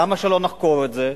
למה שלא נחקור את זה?